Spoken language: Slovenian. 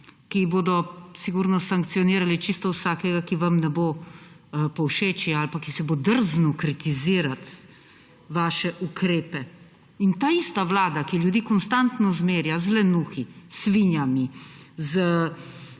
sigurno sankcionirali čisto vsakega, ki vam ne bo povšeči ali pa ki se bo drznil kritizirati vaše ukrepe. Ta ista vlada, ki ljudi konstantno zmerja z lenuhi, svinjami,